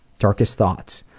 darkest thoughts?